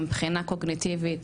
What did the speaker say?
מבחינה קוגניטיבית,